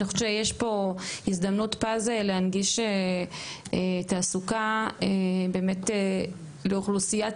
אני חושבת שיש פה הזדמנות פז להנגיש תעסוקה באמת לאוכלוסיית